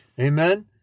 Amen